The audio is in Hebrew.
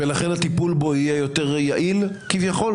ולכן הטיפול בו יהיה יותר יעיל כביכול?